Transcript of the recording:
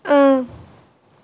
اۭں